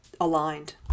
aligned